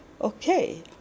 okay